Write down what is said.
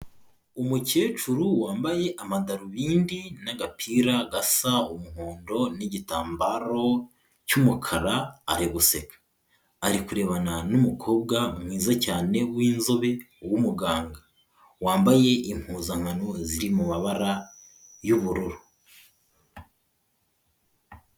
Umukecuru wambaye amadarubindi n'agapira gasa umuhondo n'igitambaro cy'umukara ariguseka. Arikurebana n'umukobwa mwiza cyane w'inzobe w'umuganga wambaye impuzankano ziri mu mabara y'ubururu.